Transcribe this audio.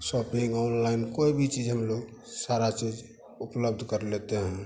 shopping online कोई भी चीज़ हम लोग सारी चीज़ उपलब्ध कर लेते हैं